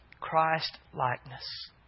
Christ-likeness